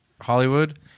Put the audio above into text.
Hollywood